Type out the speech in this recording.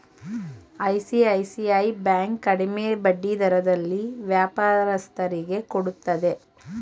ICICI bank ಕಡಿಮೆ ಬಡ್ಡಿ ದರದಲ್ಲಿ ವ್ಯಾಪಾರಸ್ಥರಿಗೆ ಕೊಡುತ್ತದೆ